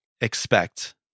expect